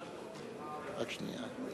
הרווחה והבריאות נתקבלה.